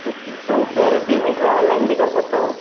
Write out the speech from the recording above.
okay तो pay payment मैं online भी कर सकता हूँ